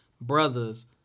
brothers